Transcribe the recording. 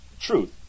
Truth